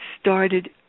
started